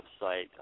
website